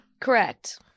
Correct